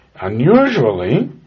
Unusually